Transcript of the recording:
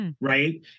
right